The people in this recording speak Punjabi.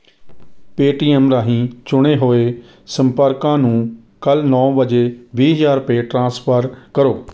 ਪੇਟੀਐੱਮ ਰਾਹੀਂ ਚੁਣੇ ਹੋਏ ਸੰਪਰਕਾਂ ਨੂੰ ਕੱਲ੍ਹ ਨੌਂ ਵਜੇ ਵੀਹ ਹਜ਼ਾਰ ਰੁਪਏ ਟਰਾਂਸਫਰ ਕਰੋ